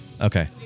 Okay